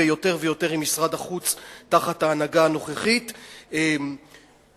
ויותר ויותר במשרד החוץ תחת ההנהגה הנוכחית יש כותרת